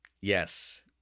Yes